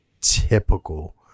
typical